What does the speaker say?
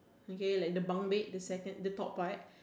okay like the bunk bed the second the top part